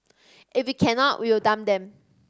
if we cannot we will dump them